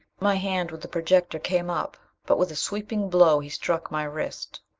my hand with the projector came up, but with a sweeping blow he struck my wrist.